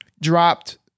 dropped